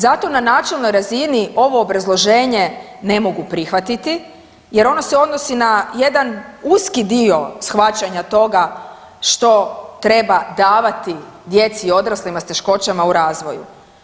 Zato na načelnoj razini ovo obrazloženje ne mogu prihvatiti jer ono se odnosi na jedan uski dio shvaćanja toga što treba davati djeci i odraslima s teškoćama u razvoju.